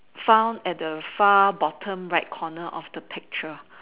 found at the far bottom right corner of the picture